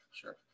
Sure